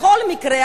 בכל מקרה,